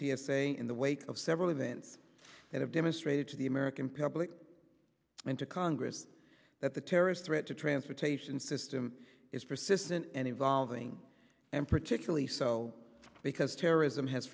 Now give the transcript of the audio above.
a in the wake of several events that have demonstrated to the american public and to congress that the terrorist threat to transportation system is persistent and evolving and particularly so because terrorism has